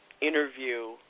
interview